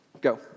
Go